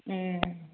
उम